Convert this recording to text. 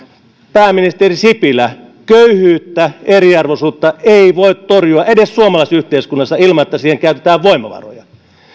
pääministeri sipilä köyhyyttä eriarvoisuutta ei voi torjua edes suomalaisessa yhteiskunnassa ilman että siihen käytetään voimavaroja